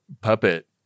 puppet